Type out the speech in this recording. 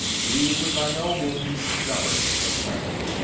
he would by no means govern the planet.